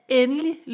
endelig